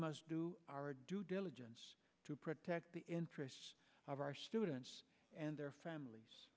must do our due diligence to protect the interests of our students and their families